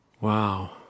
wow